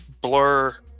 blur